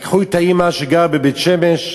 לקחו את האימא שגרה בבית-שמש,